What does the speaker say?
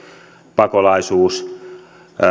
pakolaisuus